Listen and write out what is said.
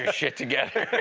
shit together.